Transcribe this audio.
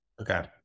Okay